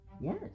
yes